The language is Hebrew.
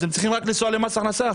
אז הם צריכים לנסוע למס הכנסה.